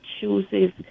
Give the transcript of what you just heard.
chooses